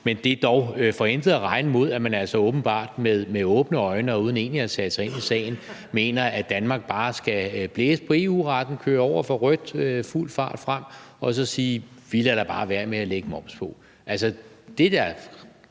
Men det er dog for intet at regne imod, at man altså åbenbart med åbne øjne og uden egentlig at have sat sig ind i sagen mener, at Danmark bare skal blæse på EU-retten og køre over for rødt med fuld fart frem og så sige: Vi lader da bare være med at lægge moms på.